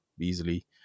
easily